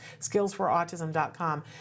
skillsforautism.com